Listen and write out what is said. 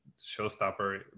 showstopper